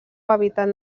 hàbitat